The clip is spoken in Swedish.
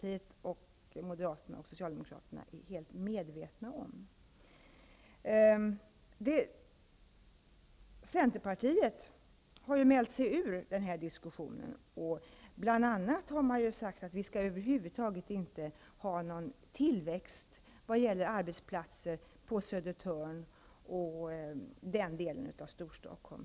Folkpartiet, Moderaterna och Socialdemokraterna -- är helt medvetna om det. Centerpartiet har mält sig ur den här diskussionen. Bl.a. har man sagt att det över huvud taget inte skall vara någon tillväxt vad gäller arbetsplatser på Södertörn och i den delen av Storstockholm.